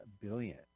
Billion